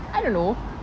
I don't know